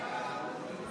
(קורא בשמות חברי הכנסת)